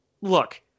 look